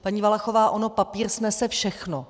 Paní Valachová, on papír snese všechno.